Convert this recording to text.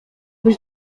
być